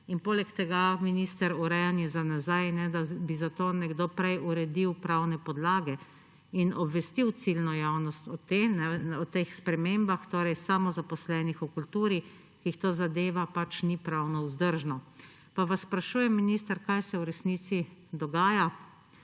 Poleg tega, minister, urejanje za nazaj, ne da bi za to nekdo prej uredil pravne podlage in obvestil ciljne javnost o tem, o teh spremembah, torej samozaposlenih v kulturi, ki jih to zadeva, pač ni pravno vzdržno. Pa vas sprašujem minister: Kaj se v resnici dogaja?